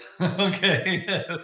okay